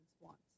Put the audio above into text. wants